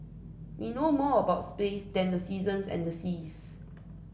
we know more about space than the seasons and the seas